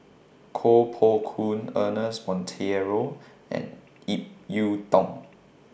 Koh Poh Koon Ernest Monteiro and Ip Yiu Tung